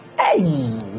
Hey